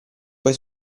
poi